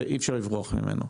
ואי אפשר לברוח ממנו.